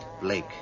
Blake